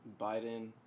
Biden